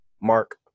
Mark